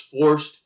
forced